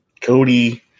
Cody